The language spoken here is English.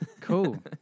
Cool